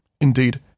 Indeed